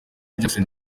jackson